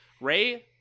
Ray